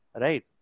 Right